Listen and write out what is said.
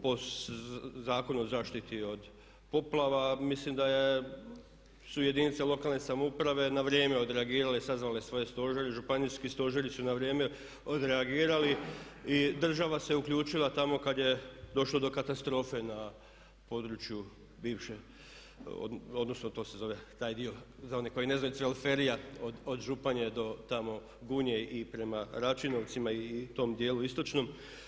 Po Zakonu o zaštiti od poplava mislim da su jedinice lokalne samouprave na vrijeme odreagirale i sazvale svoje stožere, županijski stožeri su na vrijeme odreagirali i država se uključila tamo kad je došlo do katastrofe na području bivše odnosno to se zove taj dio za one koji ne znaju Cvelferija, od Županje do tamo Gunje i prema Račinovcima i tom dijelu istočnom.